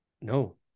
No